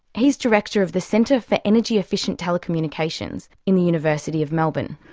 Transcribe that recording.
he's director of the centre for energy-efficient telecommunications, in the university of melbourne.